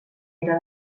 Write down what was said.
era